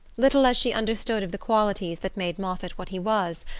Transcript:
little as she understood of the qualities that made moffatt what he was,